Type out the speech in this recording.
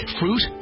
fruit